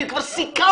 כי כבר סיכמנו,